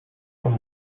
from